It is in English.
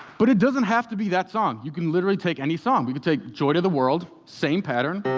but it doesn't have to be that song you can literally take any song. we could take joy to the world, same pattern.